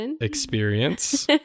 experience